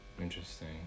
interesting